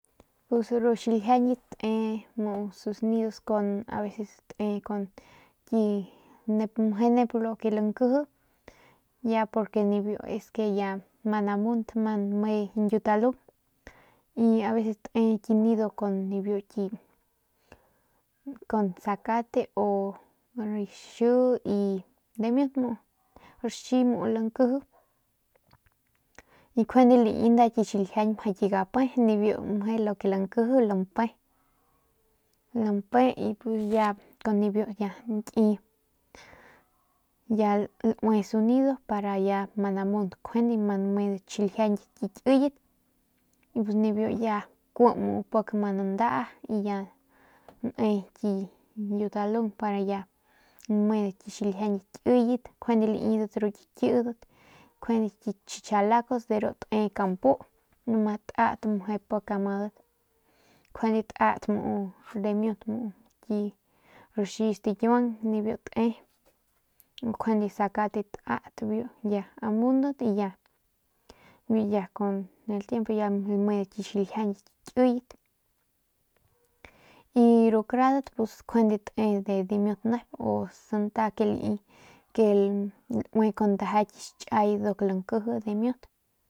Ru xiljiañat te muu sus nidos kun aveces meje nep lo ke lankj ya porque ya man es namunt man nme nyutalung y abeses tee ru ki nido kun ru ki zacate o rxie dimiut muu rxi muu nep lankje y kujende lii nda ki xiljiañ mjau ki gape ni biu lo ke lankj u lampe y ya pus con ni biu ya nki ya lue su nido para ya ma namunt kujende manmedat xiljiañyit ki kiyet y pus ya ni biu ku pak ma nandaa lme ru nyutalung para ya nmedat xiljianñyit kiyet kjende liidat ru ki kiaadat kjende ru ki chichalacos deru tae kampu no ma tat maje pak amadat kujende tat muu dimiut rxi stikiuang ni biu tae kujende zacate tat biu ya amundat ya con el tiempo ya lamedat xiljiañ kiyet y ru karadat pus kujende tae de dimiut nep o santa ke lii ke laue con ndaja ki xchai doc lankje dimiut.